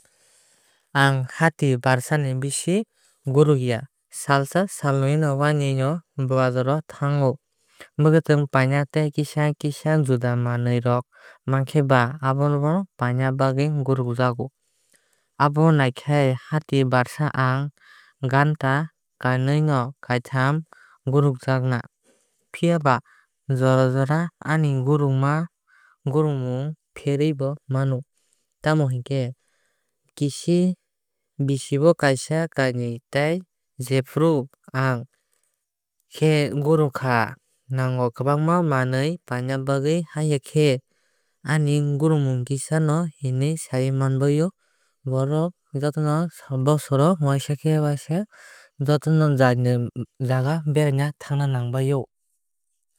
Aang hati barsa ni bisi guruk ya. Salsa salnui o wainui rok bazar o thango mukhuitung painani tei kisa kisi juda manwui rok nangkhe ba abono paina bagwui guruk jago. Abono naikhai hati barsa aang ghanta kainwui kaitham gurukjagna. Phiaba jora jora o aani gurukmung pherui bo mano. Tamo hinkhe kisi bisi o kaisa kainui tai jephuru aang khe gurukna nango kwbangma manwui paina bagwui. Haiya khe aani gurukmung kisa no hinui sai manbai o. Borok joto no bosor o waisa khe waisa joto no janija jaga beraina thangna nangbai o.